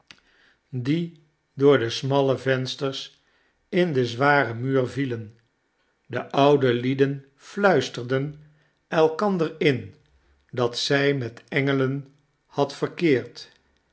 die door de smalle vensters in den zwaren muur vielen de oude lieden fluisterden elkander in dat zij met engelen had verkeerd